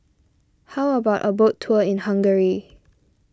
how about a boat tour in Hungary